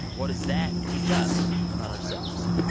what does that teach us about ourselves?